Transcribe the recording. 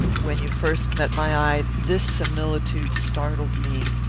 when you first met my eye, this similitude startled me.